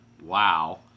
wow